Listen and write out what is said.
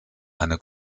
eine